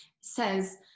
says